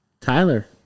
Tyler